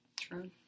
True